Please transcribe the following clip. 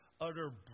utter